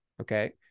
okay